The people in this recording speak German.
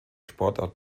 sportart